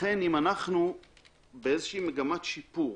לכן אם אנחנו באיזושהי מגמת שיפור